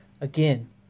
again